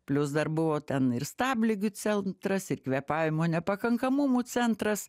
plius dar buvo ten ir stabligių centras kvėpavimo nepakankamumų centras